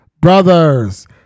brothers